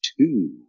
two